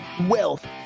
wealth